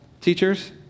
teachers